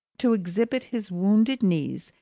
to exhibit his wounded knees,